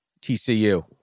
TCU